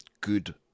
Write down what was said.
good